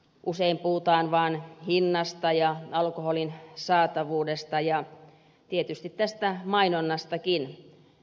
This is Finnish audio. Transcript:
usein puhutaan vaan hinnasta ja alkoholin saatavuudesta ja tietysti tästä mainonnastakin